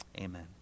amen